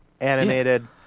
animated